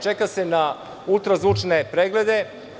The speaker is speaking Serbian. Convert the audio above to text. Čeka se na ultrazvučne preglede.